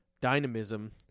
dynamism